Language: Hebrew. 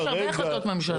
יש הרבה החלטות ממשלה.